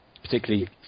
particularly